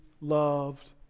loved